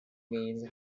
means